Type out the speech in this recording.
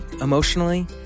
emotionally